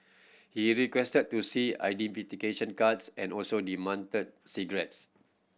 he requested to see identification cards and also demanded cigarettes